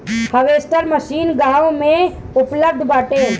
harvester machine गाँव में उपलब्ध बाटे